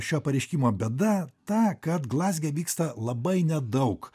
šio pareiškimo bėda ta kad glazge vyksta labai nedaug